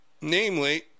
namely